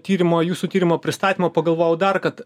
tyrimo jūsų tyrimo pristatymo pagalvojau dar kad